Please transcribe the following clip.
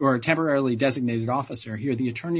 are temporarily designated officer here the attorney